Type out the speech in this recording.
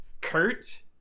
Kurt